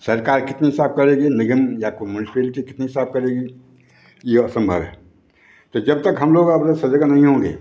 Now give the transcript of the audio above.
सरकार कितनी साफ करेगी निगम या कोई मुंसबिलटी कितनी साफ करेगी ये असंभव है तो जब तक हम लोग अपना सजग नहीं होंगे